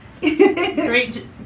Great